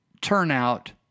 turnout